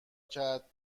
کرد